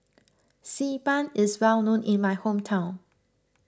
Xi Ban is well known in my hometown